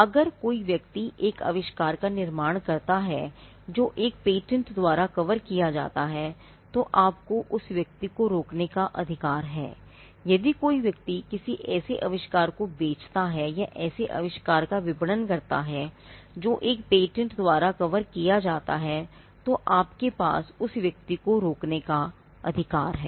अगर कोई व्यक्ति एक आविष्कार का निर्माण करता है जो एक पेटेंट द्वारा कवर किया जाता है तो आपको उस व्यक्ति को रोकने का अधिकार हैयदि कोई व्यक्ति किसी ऐसे आविष्कार को बेचता है या ऐसे आविष्कार का विपणन करता है जो एक पेटेंट द्वारा कवर किया जाता है तो आपके पास उस व्यक्ति को रोकने का अधिकार है